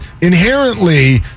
inherently